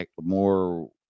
more